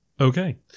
okay